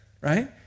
right